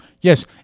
Yes